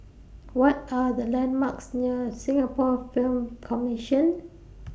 What Are The landmarks near Singapore Film Commission